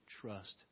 trust